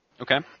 Okay